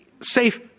safe